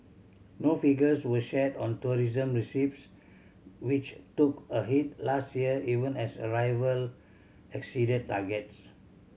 no figures were shared on tourism receipts which took a hit last year even as arrival exceeded targets